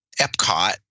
Epcot